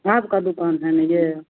आपकी दुकान है न यह